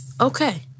Okay